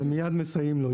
הם מיד מסייעים לו.